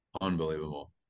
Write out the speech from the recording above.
Unbelievable